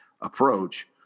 approach